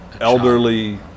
elderly